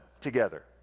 together